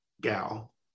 gal